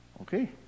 okay